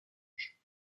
âge